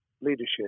leadership